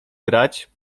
grać